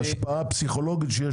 וההשפעה הפסיכולוגית שיש